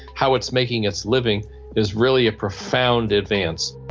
how it's making its living is really a profound advance.